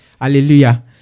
Hallelujah